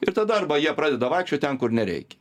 ir tada arba jie pradeda vaikščiot ten kur nereikia